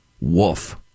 Woof